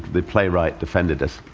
the playwright, defended us.